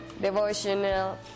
devotional